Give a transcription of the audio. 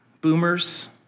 Boomers